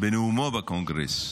בנאומו בקונגרס: